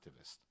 activist